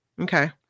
Okay